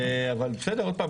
אבל עוד פעם,